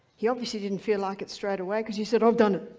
he obviously didn't feel like it straightaway because he said, i've done it,